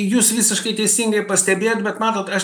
jūs visiškai teisingai pastebėjot bet matot aš